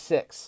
Six